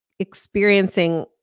experiencing